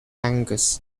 angus